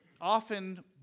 often